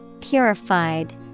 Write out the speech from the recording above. Purified